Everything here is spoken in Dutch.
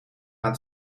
aan